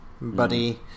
buddy